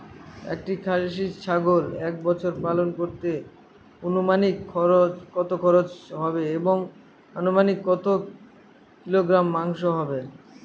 একটি খাসি ছাগল এক বছর পালন করতে অনুমানিক কত খরচ হবে এবং অনুমানিক কত কিলোগ্রাম মাংস হবে?